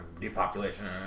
depopulation